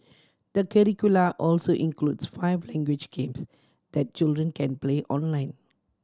the curricula also includes five language games that children can play online